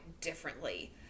differently